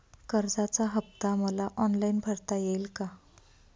कर्जाचा हफ्ता मला ऑनलाईन भरता येईल का?